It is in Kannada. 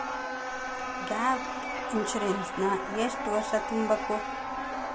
ಗ್ಯಾಪ್ ಇನ್ಸುರೆನ್ಸ್ ನ ಎಷ್ಟ್ ವರ್ಷ ತುಂಬಕು?